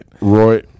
Roy